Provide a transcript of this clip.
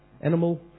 animal